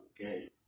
okay